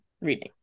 Reading